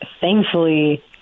thankfully